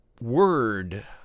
word